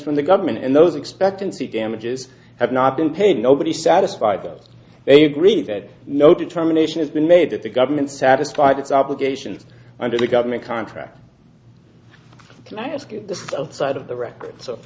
from the government and those expectancy damages have not been paid nobody satisfied that they agree that no determination has been made that the government satisfied its obligations under the government contract can i ask you this outside of the record so